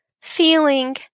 feeling